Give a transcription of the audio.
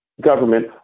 government